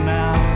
now